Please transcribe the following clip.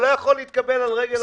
זה לא יכול להתקבל על רגל אחת.